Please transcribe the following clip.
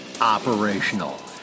operational